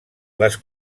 les